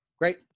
Great